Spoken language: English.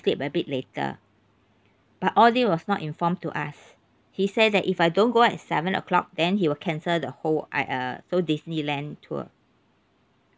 sleep a bit later but all these was not informed to us he says that if I don't go out at seven o'clock then he will cancel the whole I uh whole disneyland tour